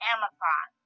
Amazon